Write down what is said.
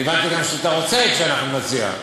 והבנתי שאתה גם רוצה שאנחנו נציע,